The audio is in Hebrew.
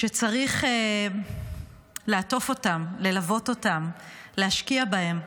שצריך לעטוף אותן, ללוות אותן, להשקיע בהן,